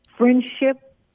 Friendship